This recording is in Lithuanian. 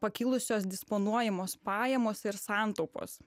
pakilusios disponuojamos pajamos ir santaupos